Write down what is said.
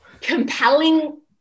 compelling